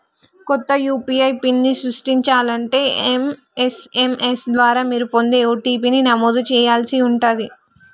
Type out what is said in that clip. కొత్త యూ.పీ.ఐ పిన్ని సృష్టించాలంటే ఎస్.ఎం.ఎస్ ద్వారా మీరు పొందే ఓ.టీ.పీ ని నమోదు చేయాల్సి ఉంటాది